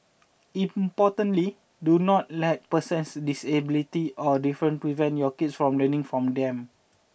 importantly do not let person's disabilities or differences prevent your kids from learning from them